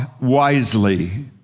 wisely